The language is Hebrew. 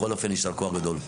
בכל אופן יישר כוח גדול.